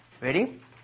Ready